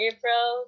April